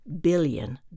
billion